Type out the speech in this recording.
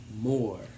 more